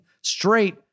straight